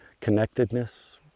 connectedness